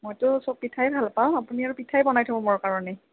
মইতো সব পিঠাই ভাল পাওঁ আপুনি আৰু পিঠাই বনাই থ'ব মোৰ কাৰণে